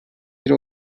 bir